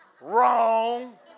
Wrong